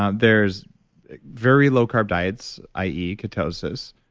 ah there's very low carb diets, i e. ketosis.